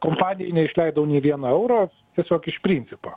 kompanijai neišleidau nė vieno euro tiesiog iš principo